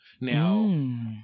now